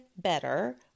better